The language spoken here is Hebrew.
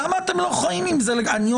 אני,